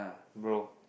bro